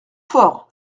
fort